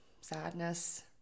sadness